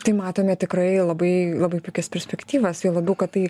tai matome tikrai labai labai puikias perspektyvas juo labiau kad tai